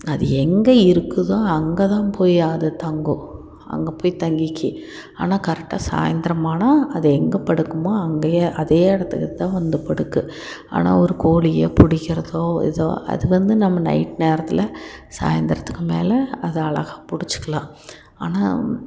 அது எங்கே இருக்குதோ அங்கே தான் போய் அது தங்கும் அங்கே போய் தங்கிக்கும் ஆனால் கரெக்டாக சாயந்தரமானா அது எங்கே படுக்குமோ அங்கேயே அதே இடத்துக்கு தான் வந்து படுக்கும் ஆனால் ஒரு கோழியை பிடிக்கிறதோ ஏதோ அது வந்து நம்ம நைட் நேரத்தில் சாய்ந்தரத்துக்கு மேலே அதை அழகாக பிடிச்சிக்கலாம் ஆனால்